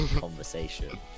conversation